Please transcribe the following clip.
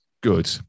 good